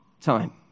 time